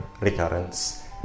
recurrence